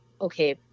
okay